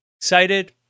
excited